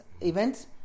events